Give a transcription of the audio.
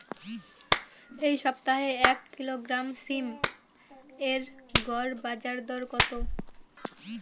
এই সপ্তাহে এক কিলোগ্রাম সীম এর গড় বাজার দর কত?